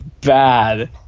bad